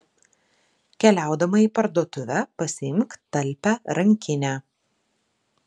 keliaudama į parduotuvę pasiimk talpią rankinę